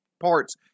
Parts